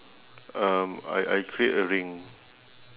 um I I create a ring